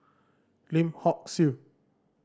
Lim Hock Siew